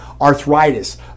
arthritis